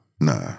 Nah